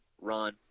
run